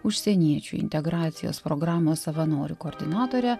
užsieniečių integracijos programos savanorių koordinatore